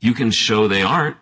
you can show they are